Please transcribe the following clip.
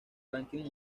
ranking